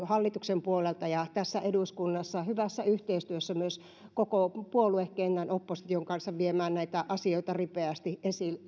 hallituksen puolelta ja eduskunnassa hyvässä yhteistyössä myös koko puoluekentän opposition kanssa viemään näitä asioita ripeästi